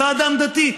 אתה אדם דתי.